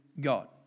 God